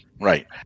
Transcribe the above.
Right